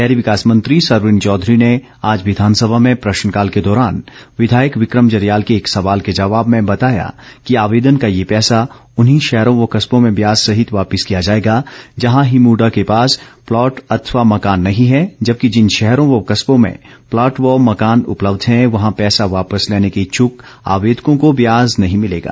शहरी विकास मंत्री सरवीण चौधरी ने आज विधानसभा में प्रश्नकाल के दौरान विधायक विक्रम जरियाल के एक सवाल के जवाब में बताया कि आवेदन का यह पैसा उन्हीं शहरों व कस्बों में व्याज सहित वापिस किया जाएगा जहां हिमुडा के पास प्लाट अथवा मकान नहीं हैं जबकि जिन शहरों व कस्बों में प्लाट व मकान उपलब्ध हैं वहां पैसा वापस लेने के इच्छक आवेदकों को ब्याज नहीं मिलेगा